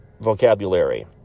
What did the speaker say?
vocabulary